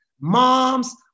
Moms